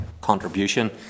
contribution